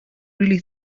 really